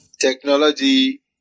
technology